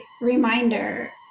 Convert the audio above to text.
reminder